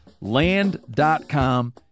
Land.com